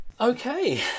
Okay